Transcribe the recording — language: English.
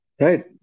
Right